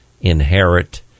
inherit